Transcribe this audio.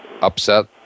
upset